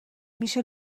میشه